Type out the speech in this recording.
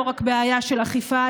לא רק בעיה של אכיפה,